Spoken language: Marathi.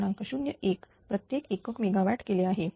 01 प्रत्येक एक क मेगावॅट केले आहे